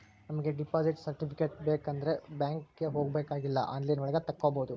ನಮಿಗೆ deposit certificate ಬೇಕಂಡ್ರೆ ಬ್ಯಾಂಕ್ಗೆ ಹೋಬಾಕಾಗಿಲ್ಲ ಆನ್ಲೈನ್ ಒಳಗ ತಕ್ಕೊಬೋದು